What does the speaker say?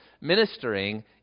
ministering